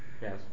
Yes